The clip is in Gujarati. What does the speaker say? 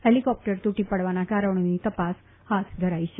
હેલીકોપ્ટર તૂટી પડવાના કારણોની તપાસ હાથ ધરાઇ છે